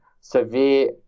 severe